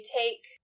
take